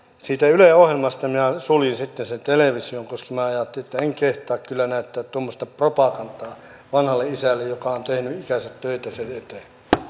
siitä yle ohjelmasta minä suljin sitten sen television koska minä ajattelin että en kehtaa kyllä näyttää tuommoista propagandaa vanhalle isälle joka on tehnyt ikänsä töitä sen eteen